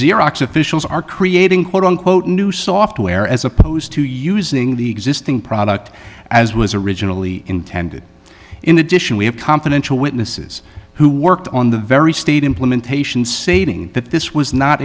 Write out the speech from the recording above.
xerox officials are creating quote unquote new software as opposed to using the existing product as was originally intended in addition we have confidential witnesses who worked on the very state implementation stating that this was not